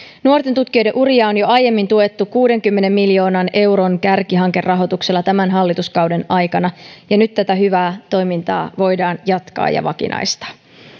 nuorten tutkijoiden uria on jo aiemmin tuettu kuudenkymmenen miljoonan euron kärkihankerahoituksella tämän hallituskauden aikana ja nyt tätä hyvää toimintaa voidaan jatkaa ja vakinaistaa